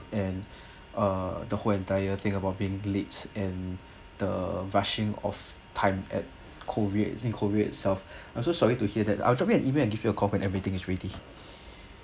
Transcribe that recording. and uh the whole entire thing about being glitch and the rushing of time at korea in korea itself I'm so sorry to hear that I'll drop you an email give you a call when everything is ready